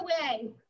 away